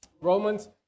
Romans